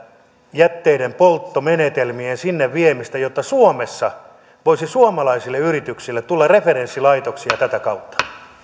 jätteiden polttomenetelmien viemistä sinne jotta suomessa voisi suomalaisille yrityksille tulla referenssilaitoksia tätä kautta